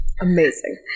Amazing